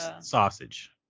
sausage